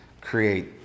Create